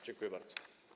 Dziękuję bardzo.